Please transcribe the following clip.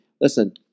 Listen